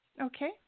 Okay